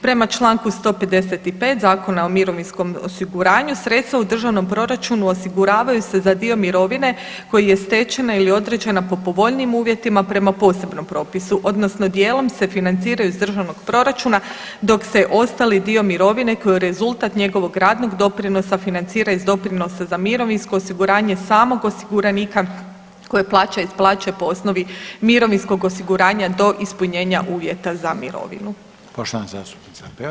Prema čl. 155 Zakona o mirovinskom osiguranju, sredstva u Državnom proračunu osiguravaju se za dio mirovine koji je stečena ili određena po povoljnijim uvjetima prema posebnom propisa, odnosno dijelom se financira iz Državnog proračuna, dok se ostali dio mirovine koji je rezultat njegovog radnog doprinosa financira iz doprinosa za mirovinsko osiguranje samog osiguranika koje plaća iz plaće po osnovi mirovinskog osiguranja do ispunjenja uvjeta za mirovinu.